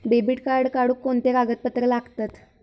Debit card काढुक कोणते कागदपत्र लागतत?